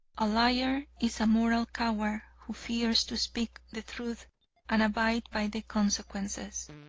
a liar is a moral coward who fears to speak the truth and abide by the consequences.